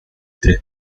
tres